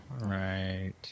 Right